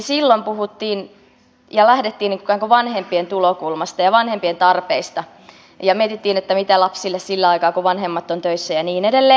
silloin puhuttiin ja lähdettiin ikään kuin vanhempien tulokulmasta ja vanhempien tarpeista ja mietittiin että mitä lapsille sillä aikaa kun vanhemmat ovat töissä ja niin edelleen